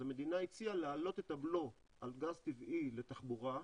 אז המדינה הציעה להעלות את הבלו על גז טבעי לתחבורה,